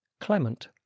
Clement